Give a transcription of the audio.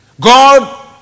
God